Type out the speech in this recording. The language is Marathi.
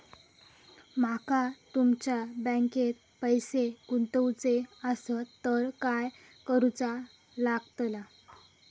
माका तुमच्या बँकेत पैसे गुंतवूचे आसत तर काय कारुचा लगतला?